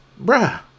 Bruh